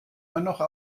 noch